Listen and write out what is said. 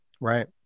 Right